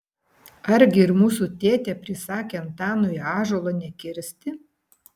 argi ir mūsų tėtė prisakė antanui ąžuolo nekirsti